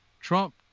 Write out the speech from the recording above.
Trump